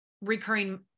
recurring